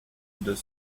deux